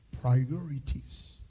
priorities